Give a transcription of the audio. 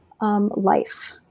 life